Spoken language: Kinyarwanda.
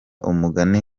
umugani